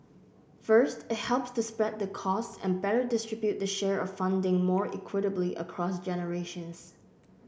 first it helps to spread the costs and better distribute the share of funding more equitably across generations